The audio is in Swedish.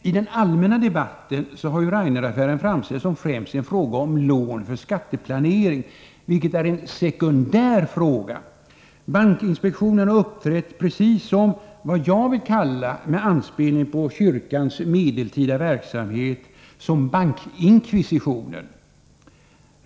I den allmänna debatten har Raineraffären framställts som främst en fråga om lån för skatteplanering, vilket emellertid är en sekundär fråga. Bankinspektionen har uppträtt som — med en anspelning på kyrkans medeltida verksamhet — en bankinkvisition.